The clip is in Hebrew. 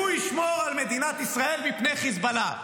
והוא ישמור על מדינת ישראל מפני חיזבאללה.